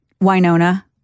Winona